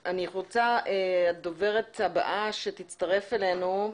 הדוברת הבאה שתצטרף אלינו,